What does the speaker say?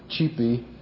cheapy